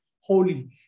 holy